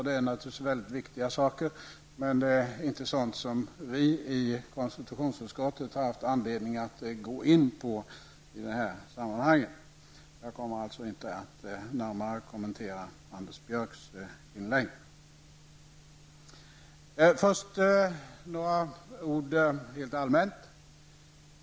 Det är naturligtvis viktiga saker, men inte någonting som vi i konstitutionsutskottet har haft anledning att gå in på i detta sammanhang. Jag kommer alltså inte att närmare kommentera Först några ord rent allmänt.